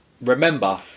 Remember